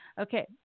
Okay